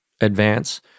advance